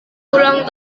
ulang